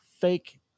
fake